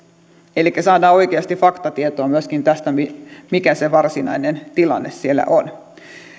elikkä saadaan oikeasti faktatietoa myöskin tästä mikä se varsinainen tilanne siellä on